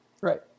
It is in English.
Right